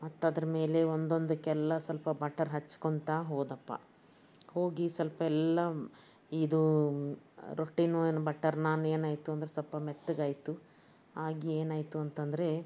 ಮತ್ತು ಅದ್ರ ಮೇಲೆ ಒಂದೊಂದಕ್ಕೆಲ್ಲ ಸ್ವಲ್ಪ ಬಟರ್ ಹಚ್ಕೊಳ್ತಾ ಹೋದಪ್ಪಾ ಹೋಗಿ ಸ್ವಲ್ಪ ಎಲ್ಲ ಇದು ರೊಟ್ಟಿಯೂ ಏನು ಬಟರ್ ನಾನ್ ಏನಾಯ್ತು ಅಂದ್ರ ಸ್ವಲ್ಪ ಮೆತ್ತಗಾಯಿತು ಆಗಿ ಏನಾಯಿತು ಅಂತ ಅಂದ್ರೆ